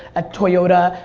at toyota,